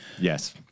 Yes